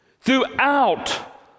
throughout